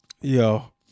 Yo